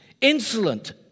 insolent